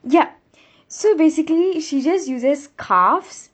yup so basically she just uses scarves